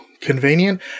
convenient